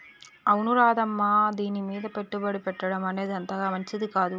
అవును రాధమ్మ దీనిమీద పెట్టుబడి పెట్టడం అనేది అంతగా మంచిది కాదు